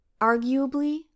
arguably